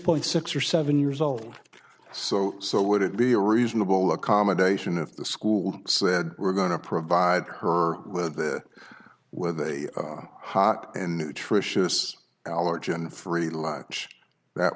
point six or seven years old so so would it be a reasonable accommodation if the school said we're going to provide her with the weather hot and nutritious allergen free lunch that